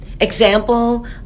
example